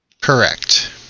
Correct